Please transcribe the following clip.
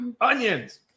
Onions